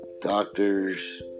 doctors